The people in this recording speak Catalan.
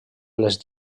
les